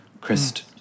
christ